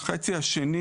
החצי השני